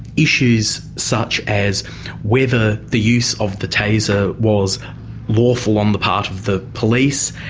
issues such as whether the use of the taser was lawful on the part of the police,